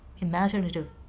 imaginative